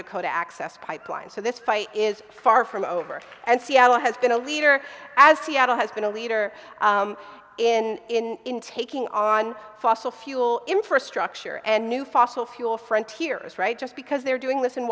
dakota access pipeline so this fight is far from over and seattle has been a leader as seattle has been a leader in taking on fossil fuel infrastructure and new fossil fuel frontiers right just because they're doing this in